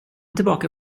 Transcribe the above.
tillbaka